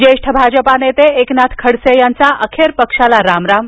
ज्येष्ठ भाजपा नेते एकनाथ खडसे यांचा अखेर पक्षाला रामराम